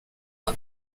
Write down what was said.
uko